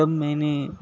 تب میں نے